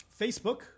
Facebook